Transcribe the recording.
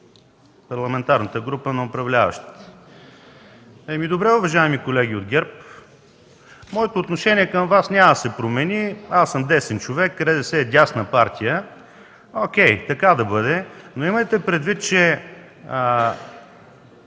парламентарната група на управляващите. Добре, уважаеми колеги от ГЕРБ, моето отношение към Вас няма да се промени, аз съм десен човек, РЗС е дясна партия. О’кей, така да бъде. Но имайте предвид, че